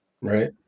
Right